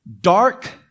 dark